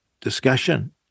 discussion